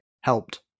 helped